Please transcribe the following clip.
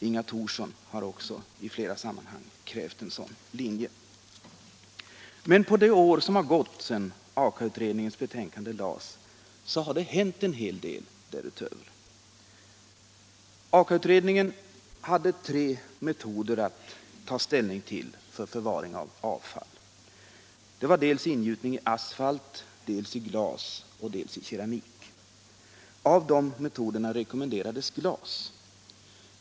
Inga Thorsson har också i flera sammanhang hävdat en sådan linje. På det år som har gått sedan Aka-utredningens betänkande lades har det hänt en hel del. Aka-utredningen hade att ta ställning till tre metoder för förvaring av avfall: ingjutning i asfalt, i glas och i keramik. Av de metoderna rekommenderades glas.